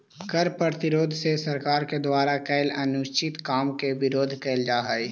कर प्रतिरोध से सरकार के द्वारा कैल अनुचित काम के विरोध कैल जा हई